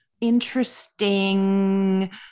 interesting